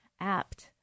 apt